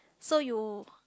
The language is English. so you